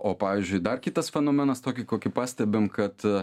o pavyzdžiui dar kitas fenomenas tokį kokį pastebim kad